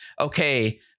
okay